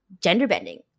gender-bending